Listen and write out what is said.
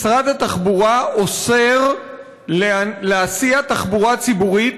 משרד התחבורה אוסר להסיע תחבורה ציבורית,